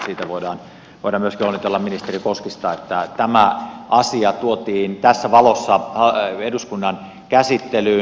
siitä voidaan myöskin onnitella ministeri koskista että tämä asia tuotiin tässä valossa eduskunnan käsittelyyn